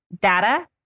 data